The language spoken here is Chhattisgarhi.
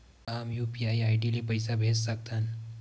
का हम यू.पी.आई आई.डी ले पईसा भेज सकथन?